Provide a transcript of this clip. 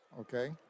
Okay